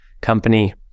Company